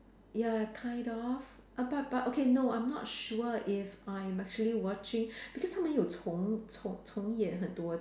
ya kind of uh but but okay no I'm not sure if I'm actually watching because 他们有重重重演很多